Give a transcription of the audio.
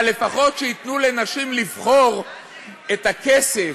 אבל לפחות שייתנו לנשים לבחור את הכסף,